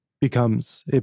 becomes